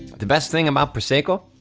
the best thing about prosecco,